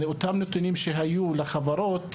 אלה אותם נתונים שהיו לחברות.